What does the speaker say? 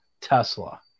Tesla